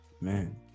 Man